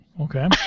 okay